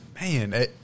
Man